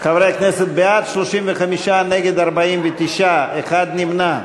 חברי הכנסת, בעד, 35, נגד, 49, אחד נמנע.